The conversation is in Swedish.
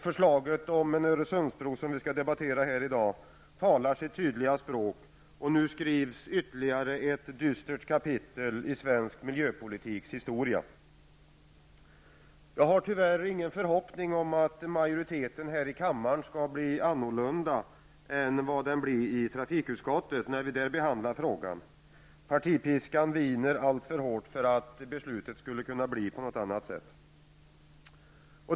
Förslaget om Öresundsbron som vi skall debattera här i dag talar sitt tydliga språk och nu skrivs ytterligare ett dystert kapitel i svensk miljöpolitiks historia. Jag har tyvärr ingen förhoppning om att majoriteten här i kammaren kommer att bli annorlunda än den blev i trafikutskottet när vi där behandlade frågan om Öresundsbron. Partipiskan viner alltför hårt för att beslutet skall bli annorlunda.